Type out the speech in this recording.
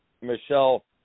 Michelle